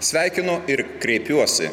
sveikinu ir kreipiuosi